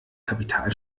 kapital